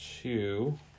two